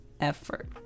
effort